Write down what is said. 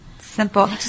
Simple